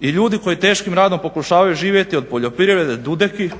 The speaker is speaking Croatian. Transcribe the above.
i ljudi koji teškim radom pokušavaju živjeti od poljoprivrede Dudeki,